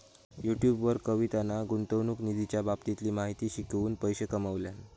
YouTube वर कवितान गुंतवणूक निधीच्या बाबतीतली माहिती शिकवून पैशे कमावल्यान